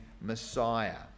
Messiah